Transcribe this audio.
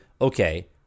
okay